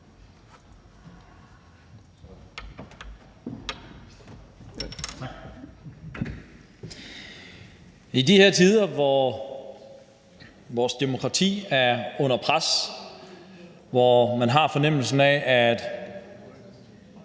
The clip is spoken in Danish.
I de her tider, hvor vores demokrati er under pres, og hvor man har fornemmelsen af, at